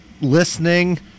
listening